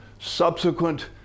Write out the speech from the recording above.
subsequent